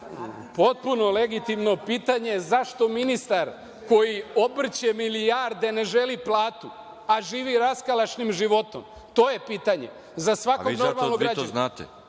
Potpuno legitimno pitanje – zašto ministar koji obrće milijarde ne želi platu, a živi raskalašnim životom? To je pitanje za